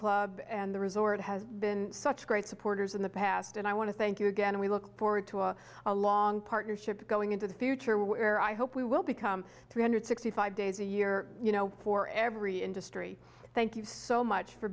club and the resort has been such great supporters in the past and i want to thank you again we look forward to our a long partnership going into the future where i hope we will become three hundred sixty five days a year you know for every industry thank you so much for